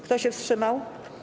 Kto się wstrzymał?